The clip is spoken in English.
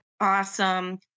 Awesome